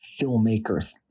filmmakers